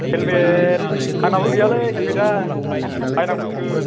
helmet आंनावबो गैयालै हेलमेदा बायनांगौसो